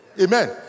Amen